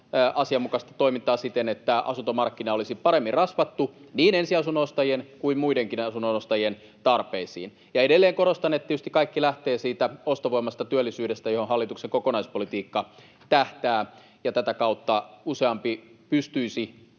asianmukaista toimintaa siten, että asuntomarkkina olisi paremmin rasvattu — niin ensiasunnon ostajien kuin muidenkin asunnonostajien tarpeisiin. Ja edelleen korostan, että tietysti kaikki lähtee siitä ostovoimasta, työllisyydestä, johon hallituksen kokonaispolitiikka tähtää. Tätä kautta useampi pystyisi